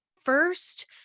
First